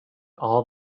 all